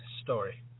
story